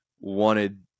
wanted